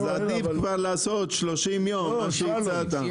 אז עדיף כבר לעשות 30 יום כמו שהצעת.